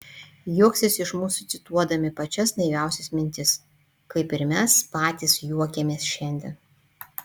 juoksis iš mūsų cituodami pačias naiviausias mintis kaip ir mes patys juokiamės šiandien